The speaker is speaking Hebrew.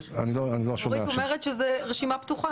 אורית אומרת שזאת רשימה פתוחה.